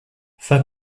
fin